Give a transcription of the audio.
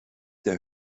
der